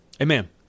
Amen